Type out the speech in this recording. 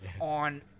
on